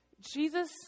Jesus